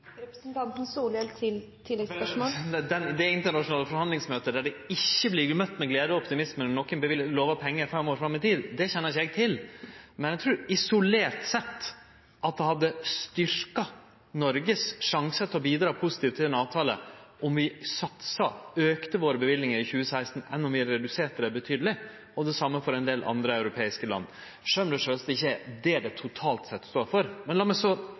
Det internasjonale forhandlingsmøtet der ein ikkje vert møtt med glede og optimisme når nokon lover pengar fem år fram i tid, kjenner ikkje eg til. Men eg trur isolert sett at det hadde styrkt Noregs sjansar til å bidra positivt til ein avtale om vi auka løyvingane våre i 2016 enn om vi reduserte dei betydeleg, og det same for ein del andre europeiske land, sjølv om det sjølvsagt ikkje er det det totalt sett står om. Men lat meg så